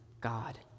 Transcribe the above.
God